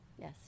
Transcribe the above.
Yes